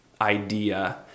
idea